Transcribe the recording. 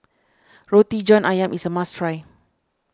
Roti John Ayam is a must try